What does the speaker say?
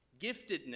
Giftedness